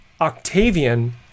Octavian